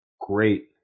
Great